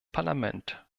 parlament